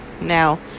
Now